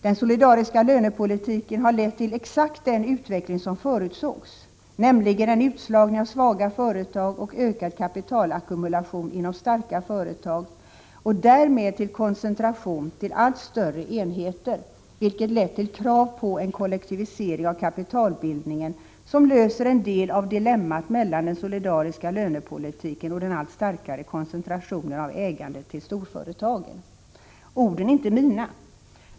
Den solidariska lönepolitiken har lett till exakt den utveckling som förutsågs, nämligen en utslagning av svaga företag och ökad kapitalackumulation inom starka företag, och därmed till koncentration till allt större enheter, vilket lett till krav på en kollektivisering av kapitalbildningen som löser en del av dilemmat mellan den solidariska lönepolitiken och den allt starkare koncentrationen av ägandet till storföretagen. Orden är inte mina.